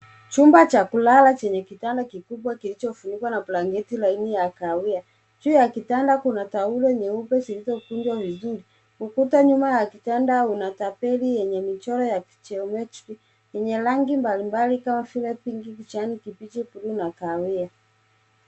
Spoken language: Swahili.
Chumba cha kulala chenye kitanda kikubwa kilichofunikwa na blanketi laini ya kahawia. Juu ya kitanda kuna taulo nyeupe zilizokunjwa vizuri. Ukuta nyuma ya kitanda una tapeli yenye michoro ya kijometri yenye rangi mbalimbali kama vile pinki, kijani kibichi, buluu na kahawia.